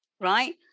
right